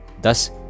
thus